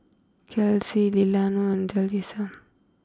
Kelsi Delano and Jalisa